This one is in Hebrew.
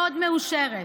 מאוד מאושרת.